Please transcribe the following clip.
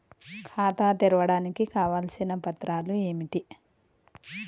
ఖాతా తెరవడానికి కావలసిన పత్రాలు ఏమిటి?